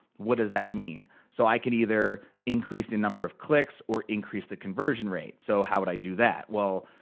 what does that mean? so i could either increase the number of clicks, or increase the conversion rate. so, how would i do that? well,